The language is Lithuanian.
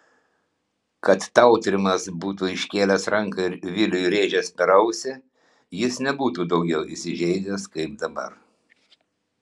kad tautrimas būtų iškėlęs ranką ir viliui rėžęs per ausį jis nebūtų daugiau įsižeidęs kaip dabar